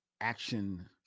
action